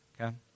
Okay